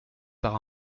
par